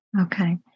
Okay